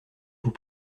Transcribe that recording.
vous